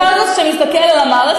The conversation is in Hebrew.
בכל זאת כשאתה מסתכל על המערכת,